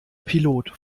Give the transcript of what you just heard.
pilot